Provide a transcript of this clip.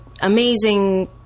amazing